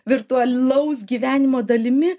virtualaus gyvenimo dalimi